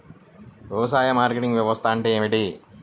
వ్యవసాయ మార్కెటింగ్ వ్యవస్థ అంటే ఏమిటి?